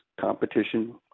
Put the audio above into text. competition